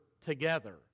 together